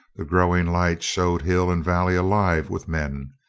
the growing light showed hill and valley alive with men.